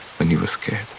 when you were scared.